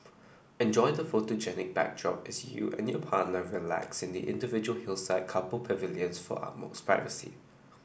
enjoy the photogenic backdrop as you and your partner relax in the individual hillside couple pavilions for utmost privacy